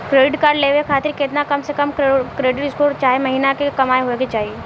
Credit card लेवे खातिर केतना कम से कम क्रेडिट स्कोर चाहे महीना के कमाई होए के चाही?